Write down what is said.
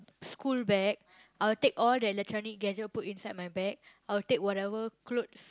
school bag I'll take all the electronic gadget put inside my bag I'll take whatever clothes